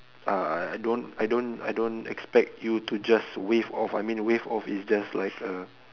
uh I don't I don't I don't expect you to just waive off I mean waive off is just like uh